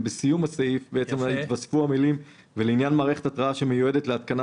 את המילים "ולעניין מערכת התרעה שמיועדת להתקנה